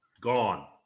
Gone